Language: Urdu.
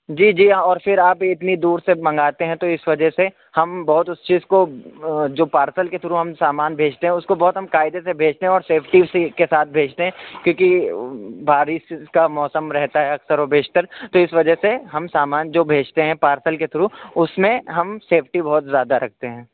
جی جی اور پھر آپ اتنی دور سے منگاتے ہیں تو اس وجہ سے ہم بہت اس چیز کو جو پارسل کے تھرو ہم سامان بھیجتے ہیں اس کو بہت ہم قائدے سے بھیجتے ہیں اور سیفٹی سیل کے ساتھ بھیجتے ہیں کیونکہ بارش کا موسم رہتا ہے اکثر و بیشتر تو اس وجہ سے ہم سامان جو بھیجتے ہیں پارسل کے تھرو اس میں ہم سیفٹی بہت زیادہ رکھتے ہیں